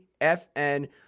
FN